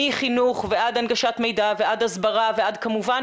מחינוך ועד הנגשת מידע ועד הסברה ועד כמובן